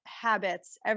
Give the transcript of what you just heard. habits